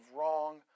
wrong